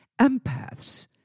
empaths